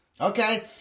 Okay